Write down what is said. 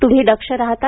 त्म्ही दक्ष राहता